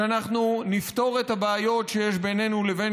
שאנחנו נפתור את הבעיות שיש בינינו לבין